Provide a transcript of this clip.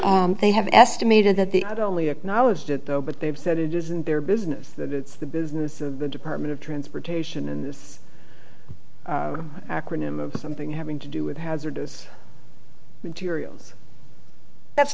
way they have estimated that the only acknowledge that though but they've said it isn't their business that it's the business of the department of transportation and this acronym of something having to do with hazardous materials that's